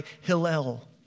Hillel